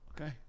Okay